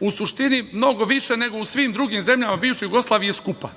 u suštini mnogo više nego u svim drugim zemljama bivše Jugoslavije skupa.